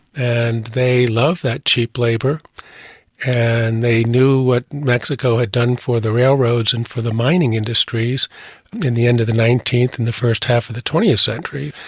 and they love that cheap labour and they knew what mexico had done for the railroads and for the mining industries in the end of the nineteenth and the first half of the twentieth century.